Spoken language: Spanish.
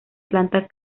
planta